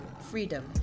Freedom